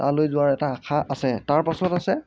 তালৈ যোৱাৰ এটা আশা আছে তাৰ পাছত আছে